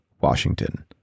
washington